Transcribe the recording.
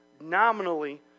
nominally